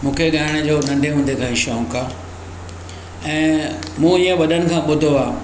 मूंखे ॻाइण जो नंढे हूंदे खां ई शौंक़ु आहे ऐं ईअं मूं वॾनि खां ॿुधो आहे